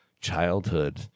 childhood